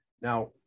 Now